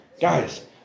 Guys